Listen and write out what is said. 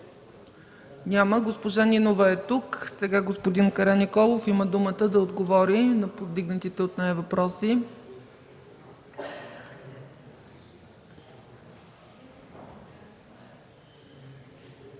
Няма. Госпожа Нинова е тук. Сега господин Караниколов има думата да отговори на повдигнатите от нея въпроси.